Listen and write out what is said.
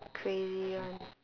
crazy [one]